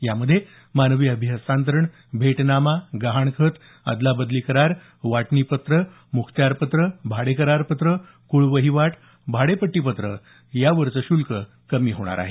यामध्ये मानवी अभिहस्तांतरण भेटनामा गहाणखत अदलाबदली करार वाटणीपत्र मुखत्यारपत्र भाडेकरारपत्र कुळवहिवाट भाडेपट्टीपत्र यावरचं शुल्क कमी होणार आहे